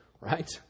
right